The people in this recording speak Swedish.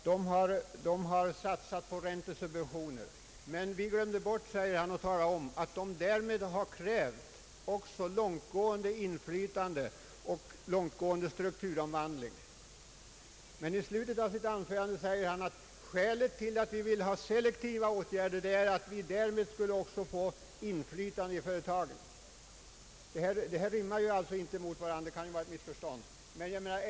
Där har man satsat på räntesubventioner. Men vi glömde, säger han, att tala om att statsmakterna där också har krävt långtgående inflytande och långtgående strukturomvandling. I slutet av sitt anförande sade han dock att skälet till att regeringen vill ha selektiva åtgärder är att man därmed skulle få inflytande i företagen. Dessa två påståenden rimmar alltså inte, men det kan vara ett missförstånd.